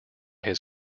his